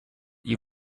you